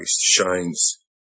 shines